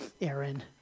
Aaron